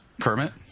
Kermit